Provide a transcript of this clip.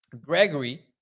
Gregory